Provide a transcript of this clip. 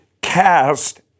cast